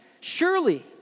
Surely